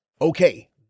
Okay